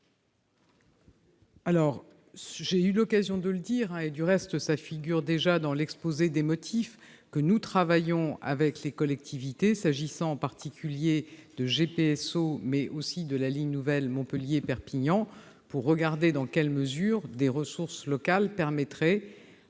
? J'ai eu l'occasion de le dire, et cela figure dans l'exposé des motifs, nous travaillons avec les collectivités, s'agissant du GPSO, mais aussi de la ligne nouvelle Montpellier-Perpignan, pour examiner dans quelle mesure des ressources locales permettraient,